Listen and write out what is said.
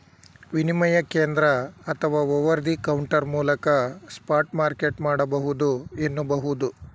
ವಿನಿಮಯ ಕೇಂದ್ರ ಅಥವಾ ಓವರ್ ದಿ ಕೌಂಟರ್ ಮೂಲಕ ಸ್ಪಾಟ್ ಮಾರ್ಕೆಟ್ ಮಾಡಬಹುದು ಎನ್ನುಬಹುದು